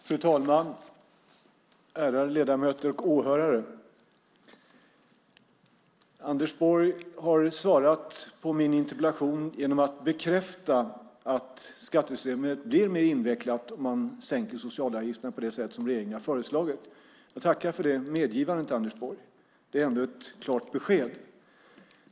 Fru talman! Ärade ledamöter och åhörare! Anders Borg har svarat på min interpellation genom att bekräfta att skattesystemet blir mer invecklat om man sänker socialavgifterna på det sätt som regeringen har föreslagit. Jag tackar för det medgivandet, Anders Borg. Det är ändå ett klart besked.